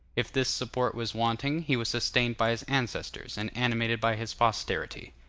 if this support was wanting, he was sustained by his ancestors and animated by his posterity.